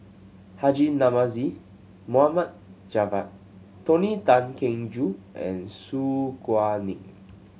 Haji Namazie Mohd Javad Tony Tan Keng Joo and Su Guaning